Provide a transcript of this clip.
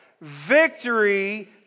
Victory